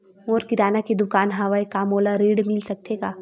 मोर किराना के दुकान हवय का मोला ऋण मिल सकथे का?